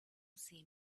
see